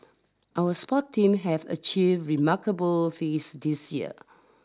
our sport team have achieve remarkable feast this year